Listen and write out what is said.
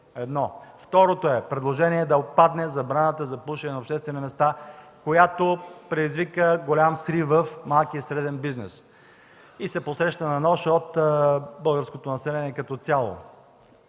Второто предложение е да отпадне забраната за пушене на обществени места, която предизвика голям срив в малкия и среден бизнес и се посреща на нож от българското население като цяло.